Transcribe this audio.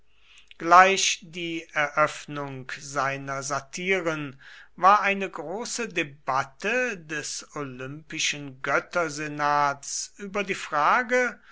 gleich die eröffnung seiner satiren war eine große debatte des olympischen göttersenats über die frage